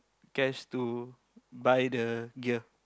cash to buy the gear